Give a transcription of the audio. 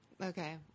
Okay